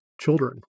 children